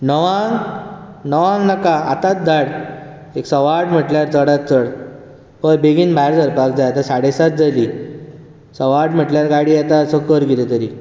णवांक णवांक नाका आतांच धाड एक सवा आठ म्हणल्यार चडांत चड हय बेगीन भायर सरपाक जाय आतां साडे सात जालीं सवा आठ म्हळ्यार गाडी येता सो कर कितें तरी